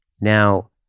Now